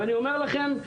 ואני אומר לכם,